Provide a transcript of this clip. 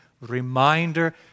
reminder